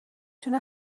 تونه